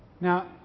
Now